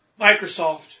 Microsoft